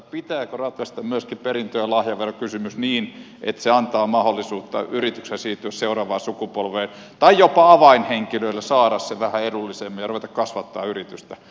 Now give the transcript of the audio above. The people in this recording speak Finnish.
pitääkö ratkaista myöskin perintö ja lahjaverokysymys niin että se antaa mahdollisuutta yrityksen siirtyä seuraavaan sukupolveen tai jopa avainhenkilöiden saada se vähän edullisemmin ja ruveta kasvattamaan yritystä